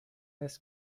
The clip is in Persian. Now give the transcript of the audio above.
است